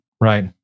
Right